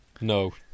No